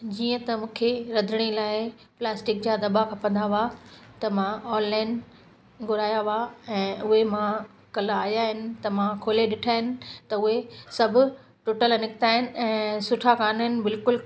जीअं त मूंखे रंधिणे लाइ प्लास्टिक जा दॿा खपंदा हुआ त मां ऑनलाइन घुराया हुआ ऐं उहे मां काल्ह आयां आहिनि त मां खोले ॾिठा आहिनि त उहे सभु टुटल निकिता आहिनि ऐं सुठा कोन आहिनि बिल्कुलु